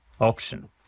option